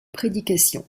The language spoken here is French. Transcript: prédication